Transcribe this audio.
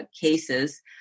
cases